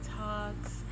talks